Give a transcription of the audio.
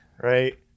Right